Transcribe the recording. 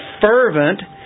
fervent